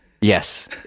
Yes